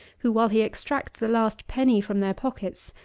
who while he extracts the last penny from their pockets,